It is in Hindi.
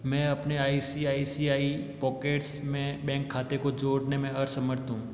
मैं अपने I C I C I pockets में बैंक खाते को जोड़ने में असमर्थ हूँ